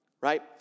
Right